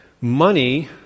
money